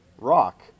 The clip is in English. rock